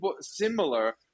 similar